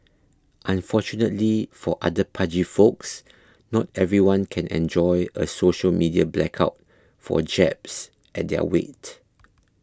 unfortunately for other pudgy folks not everyone can enjoy a social media blackout for jabs at their weight